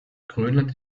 grönland